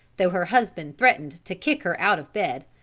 though her husband threatened to kick her out of bed.